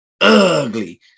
ugly